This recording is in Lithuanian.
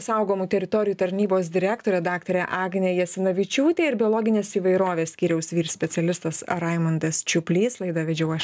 saugomų teritorijų tarnybos direktorė daktarė agnė jasinavičiūtė ir biologinės įvairovės skyriaus vyr specialistas raimundas čiuplys laidą vedžiau aš